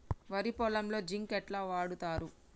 వరి పొలంలో జింక్ ఎట్లా వాడుతరు?